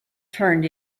turned